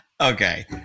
Okay